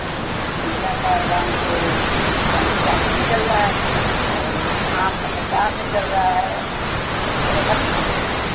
हाँ केला का दाम तो इस टाइम चालीस में चल रहा है और आम का पचास में चल रहा है अरे हर मतलब